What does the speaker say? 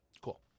cool